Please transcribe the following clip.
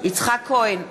יצחק כהן,